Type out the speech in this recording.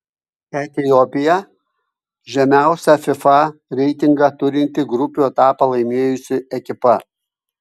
etiopija žemiausią fifa reitingą turinti grupių etapą laimėjusi ekipa